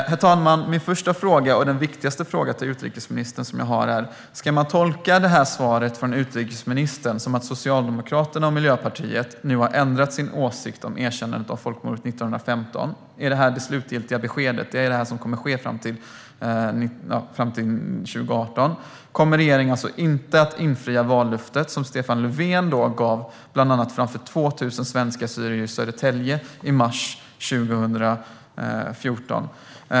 Herr talman! Min första och viktigaste fråga till utrikesministern är: Ska man tolka hennes svar som att Socialdemokraterna och Miljöpartiet nu har ändrat åsikt om erkännandet av folkmordet 1915? Är detta det slutgiltiga beskedet fram till 2018? Kommer regeringen alltså inte att infria det vallöfte som Stefan Löfven gav bland annat inför 2 000 svensk-assyrier i Södertälje i mars 2014?